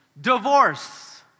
Divorce